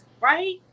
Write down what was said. Right